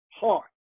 heart